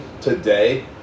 today